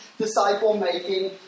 disciple-making